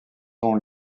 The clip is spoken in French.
ont